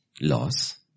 Loss